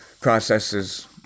processes